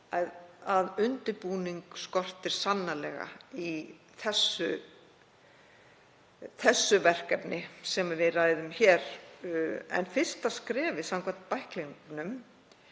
að undirbúning skortir sannarlega í því verkefni sem við ræðum hér. Fyrsta skrefið samkvæmt bæklingnum